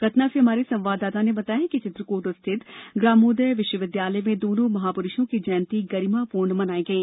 सतना से हमारे संवाददाता ने बताया है कि चित्रकूट स्थित ग्रामोदय विश्वविद्यालय में दोनो महापुरूषों की जयंती गरिमापूर्ण मनाई गई